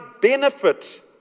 benefit